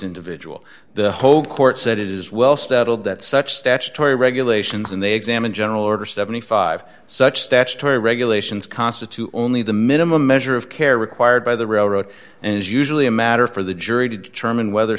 individual the whole court said it is well settled that such statutory regulations and they examine general order seventy five dollars such statutory regulations constitute only the minimum measure of care required by the railroad and is usually a matter for the jury to determine whether